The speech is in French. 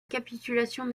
capitulation